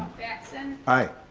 batson. i.